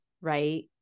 right